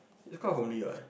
is quite homely what